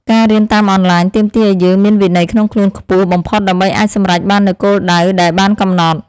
ការរៀនតាមអនឡាញទាមទារឱ្យយើងមានវិន័យក្នុងខ្លួនខ្ពស់បំផុតដើម្បីអាចសម្រេចបាននូវគោលដៅដែលបានកំណត់។